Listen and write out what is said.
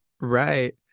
Right